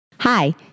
Hi